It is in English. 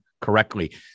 correctly